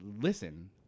listen